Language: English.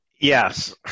Yes